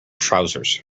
trousers